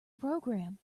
program